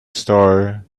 star